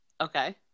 Okay